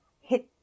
hit